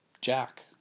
Jack